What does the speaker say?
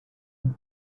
and